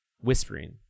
whispering